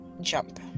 jump